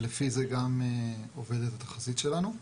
לפי זה גם עובדת התחזית שלנו.